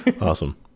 Awesome